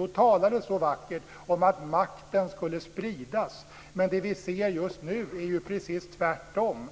Då talades det så vackert om att makten skulle spridas men det vi ser just nu är precis tvärtom.